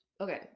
Okay